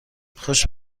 خوش